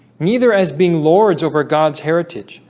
neither as being lords over god's heritage,